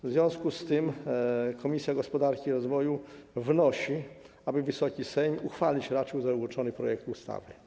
W związku z tym Komisja Gospodarki i Rozwoju wnosi, aby Wysoki Sejm uchwalić raczył załączony projekt ustawy.